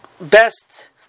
best